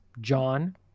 John